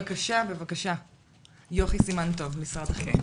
יוכי סימן טוב, משרד החינוך,